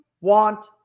want